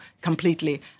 completely